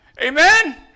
Amen